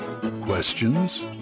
Questions